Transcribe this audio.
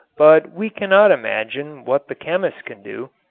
but we cannot imagine what the chemist can do.